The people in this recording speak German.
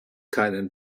keinen